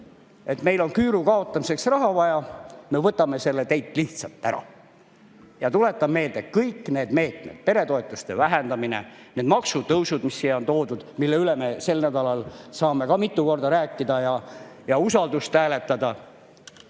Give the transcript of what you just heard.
meil on küüru kaotamiseks raha vaja, me võtame selle teilt lihtsalt ära. Tuletan meelde: kõik need meetmed, peretoetuste vähendamine, need maksutõusud, mis siia on toodud, mille üle me sel nädalal saame ka mitu korda rääkida ja usaldust hääletada,